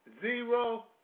zero